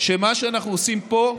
שמה שאנחנו עושים פה,